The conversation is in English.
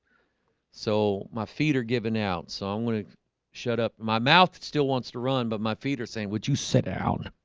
so my feet are giving out so i'm gonna shut up, my mouth still wants to run but my feet are saying would you sit down?